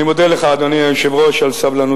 אני מודה לך, אדוני היושב-ראש, על סבלנותך.